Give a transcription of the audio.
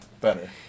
better